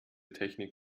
technik